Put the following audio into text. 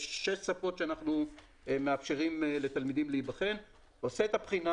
יש שתי שפות שאנחנו מאפשרים לתלמידים להיבחן בהן עושה את הבחינה.